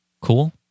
Cool